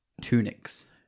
tunics